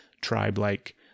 tribe-like